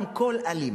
גם כל אלים